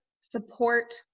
support